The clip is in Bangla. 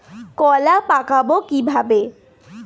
কলা পাকাবো কিভাবে?